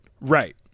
right